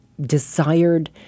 desired